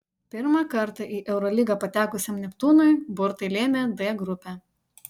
pirmą kartą į eurolygą patekusiam neptūnui burtai lėmė d grupę